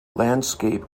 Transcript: landscape